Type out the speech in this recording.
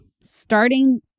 starting